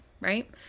right